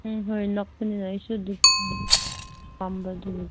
ꯎꯝ ꯍꯣꯏ ꯅꯛꯄꯅꯤꯅ ꯑꯩꯁꯨ ꯑꯗꯨꯝ ꯄꯥꯝꯕ ꯑꯗꯨ